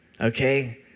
okay